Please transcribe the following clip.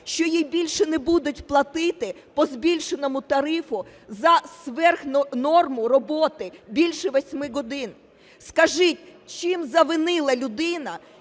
що їй більше не будуть платити по збільшеному тарифу за сферхнорму роботи більше 8 годин? Скажіть, чим завинила людина,